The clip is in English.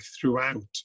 throughout